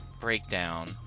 breakdown